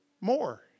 more